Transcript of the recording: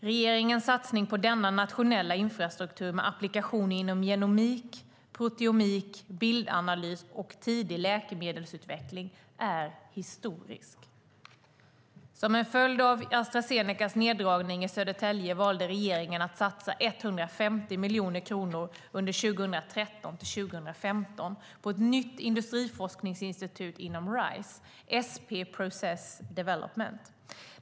Regeringens satsning på denna nationella infrastruktur med applikationer inom genomik, proteomik, bildanalys och tidig läkemedelsutveckling är historisk. Som en följd av Astra Zenecas neddragning i Södertälje valde regeringen att satsa 150 miljoner kronor under 2013-2015 på ett nytt industriforskningsinstitut inom Rise, SP Process Development.